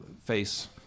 face